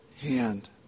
hand